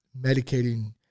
medicating